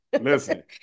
Listen